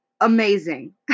Amazing